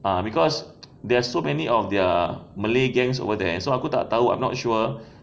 ah because they are so many of their malay gangs over there so aku tak tahu I'm not sure